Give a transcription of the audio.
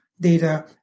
data